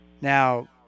Now